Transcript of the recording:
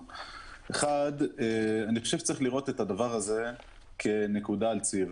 אני חושב שצריך לראות את הדבר הזה כנקודה על ציר.